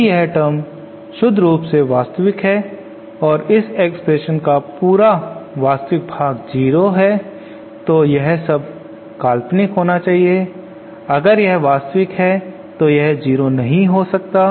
यदि यह टर्म शुद्ध रूप से वास्तविक है और इस एक्सप्रेशन का पूरा वास्तविक भाग 0 हैं तो यह सब काल्पनिक होना चाहिए अगर यह वास्तविक है तो यह 0 नहीं हो सकता